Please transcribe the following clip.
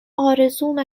آرزومه